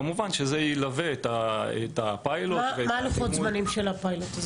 וכמובן שזה ילווה את הפיילוט --- מה לוחות הזמנים של הפיילוט?